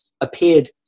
appeared